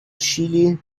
chile